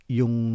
yung